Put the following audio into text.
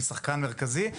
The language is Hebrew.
שהיא שחקן מרכזי,